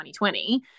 2020